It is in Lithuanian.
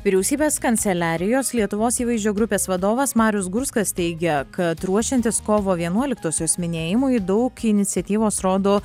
vyriausybės kanceliarijos lietuvos įvaizdžio grupės vadovas marius gurskas teigia kad ruošiantis kovo vienuoliktosios minėjimui daug iniciatyvos rodo